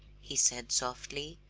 he said softly.